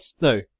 No